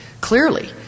Clearly